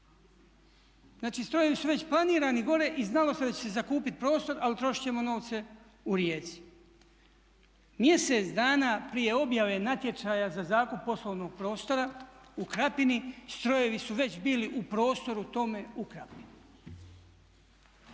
Znači, strojevi su već planirani gore i znalo se da će se zakupiti prostor ali trošit ćemo novce u Rijeci. Mjesec dana prije objave natječaja za zakup poslovnog prostora u Krapini strojevi su već bili u prostoru tome u Krapini.